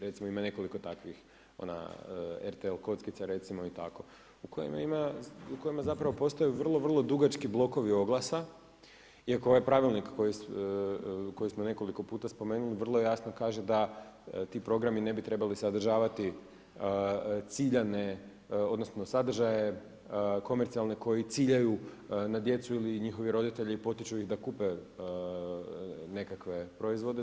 Recimo ima nekoliko takvih RTL kockica recimo i tako u kojima ima, u kojima zapravo postoje vrlo, vrlo dugački blokovi oglasa, iako ovaj pravilnik koji smo nekoliko puta spomenuli vrlo jasno kaže da ti programi ne bi trebali sadržavati ciljane, odnosno sadržaje komercijalne koji ciljaju na djecu ili njihovi roditelji potiču ih da kupe nekakve proizvode.